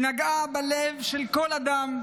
שנגעה בלב של כל אדם,